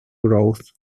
growth